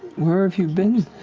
where have you been?